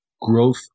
Growth